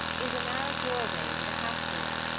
is a narrow doorway with a half door,